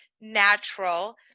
natural